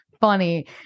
funny